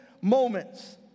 moments